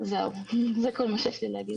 זה כל מה שיש לי להגיד.